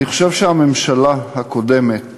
אני חושב שהממשלה הקודמת